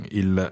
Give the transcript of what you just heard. il